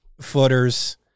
footers